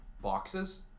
boxes